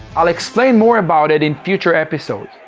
i'll explain more about it in future episodes.